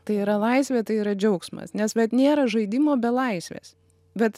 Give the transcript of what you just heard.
tai yra laisvė tai yra džiaugsmas nes vat nėra žaidimo be laisvės bet